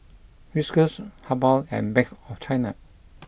Whiskas Habhal and Bank of China